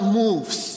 moves